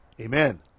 Amen